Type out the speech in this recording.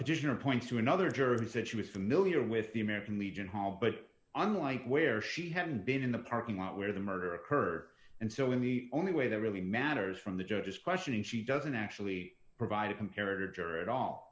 petitioner points to another juror that she was familiar with the american legion hall but unlike where she hadn't been in the parking lot where the murder occurred and so in the only way that really matters from the judge's questioning she doesn't actually provide a comparative juror at all